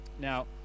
Now